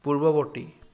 পূৰ্ৱবৰ্তী